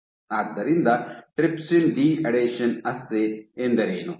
ಆದ್ದರಿಂದ trypsin deadhesion assay ಎಂದರೇನು